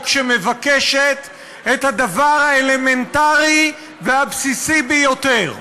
שמבקשת את הדבר האלמנטרי והבסיסי ביותר.